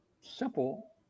simple